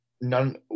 none –